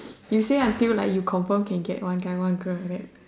you say until you can confirm can get one guy one girl like that